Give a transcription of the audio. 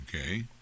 Okay